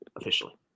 officially